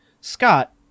scott